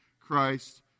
Christ